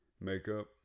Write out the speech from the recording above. makeup